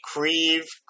Creve